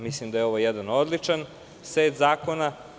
Mislim da je ovo jedan odličan set zakona.